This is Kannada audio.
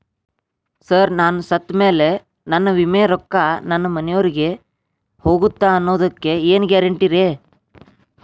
ಸರ್ ನಾನು ಸತ್ತಮೇಲೆ ನನ್ನ ವಿಮೆ ರೊಕ್ಕಾ ನನ್ನ ಮನೆಯವರಿಗಿ ಹೋಗುತ್ತಾ ಅನ್ನೊದಕ್ಕೆ ಏನ್ ಗ್ಯಾರಂಟಿ ರೇ?